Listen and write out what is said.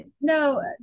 no